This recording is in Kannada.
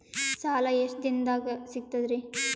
ಸಾಲಾ ಎಷ್ಟ ದಿಂನದಾಗ ಸಿಗ್ತದ್ರಿ?